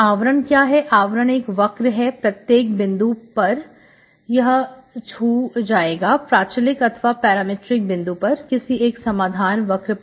आवरण क्या है आवरण एक वक्र है प्रत्येक बिंदु पर यह यह छू जाएगा प्राचलिक अथवा पैरामेट्रिक बिंदु पर किसी एक समाधान वक्र पर